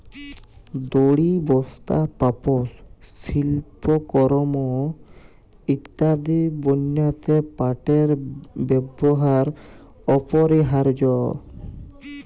দড়ি, বস্তা, পাপস, সিল্পকরমঅ ইত্যাদি বনাত্যে পাটের ব্যেবহার অপরিহারয অ